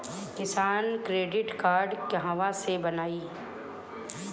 किसान credit card कहवा से बनवाई?